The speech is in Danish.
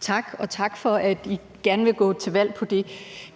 Tak, og tak for, at I gerne vil gå til valg på det.